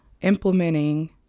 implementing